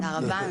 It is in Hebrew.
תודה רבה,